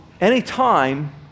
anytime